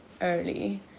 early